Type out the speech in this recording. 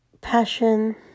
Passion